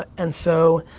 and so,